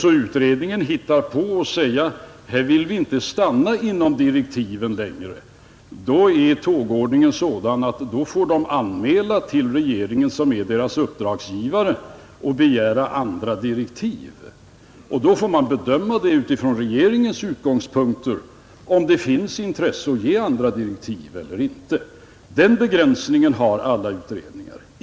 Om utredningen hittar på att säga: ”Här vill vi inte stanna inom direktiven längre”, då är tågordningen sådan att den får anmäla det till regeringen, som är dess uppdragsgivare, och begära andra direktiv, Sedan får man bedöma utifrån regeringens utgångspunkter om det är av intresse att ge andra direktiv eller inte. Den begränsningen har alla utredningar.